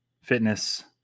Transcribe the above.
fitness